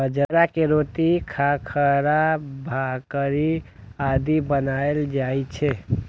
बाजरा के रोटी, खाखरा, भाकरी आदि बनाएल जाइ छै